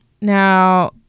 Now